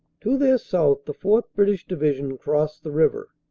to their south the fourth. british division crossed the river.